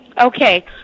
Okay